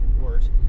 words